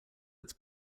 its